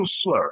slur